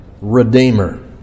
redeemer